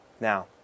Now